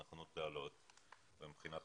הנכונות לעלות והזכאות,